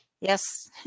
yes